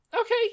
Okay